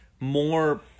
more